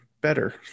better